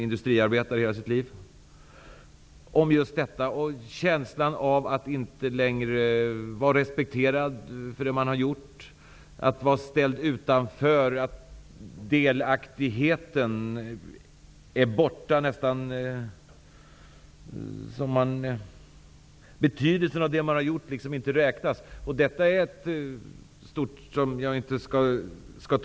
Jag pratar ofta med honom om känslan av att inte längre vara respekterad för det man har gjort och att vara ställd utanför. Delaktigheten är borta. Betydelsen av det man har gjort räknas liksom inte.